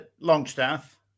Longstaff